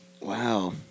Wow